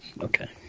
okay